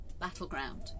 battleground